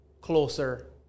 closer